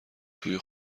توی